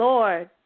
Lord